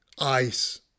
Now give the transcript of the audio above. ice